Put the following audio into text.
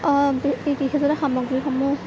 কৃষিজাতৰ সামগ্ৰীসমূহ